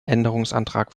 änderungsantrag